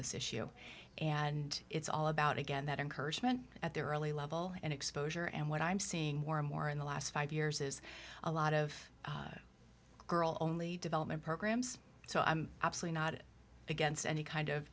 this issue and it's all about again that encouragement at their early level and exposure and what i'm seeing more and more in the last five years is a lot of girl only development programs so i'm absolutely not against any kind of